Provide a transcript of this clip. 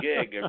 gig